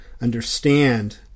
understand